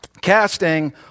casting